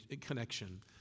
connection